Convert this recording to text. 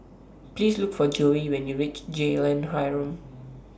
Please Look For Joye when YOU REACH Jalan Harum